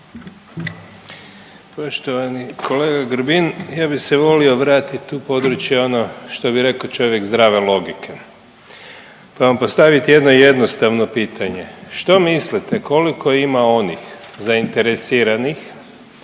Poštovani kolega Grbin, ja bih se volio vratit u područje, ono što bi rekao čovjek, zdrave logike pa vam postavit jedno jednostavno pitanje, što mislite, koliko ima onih zainteresiranih